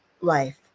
life